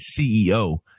CEO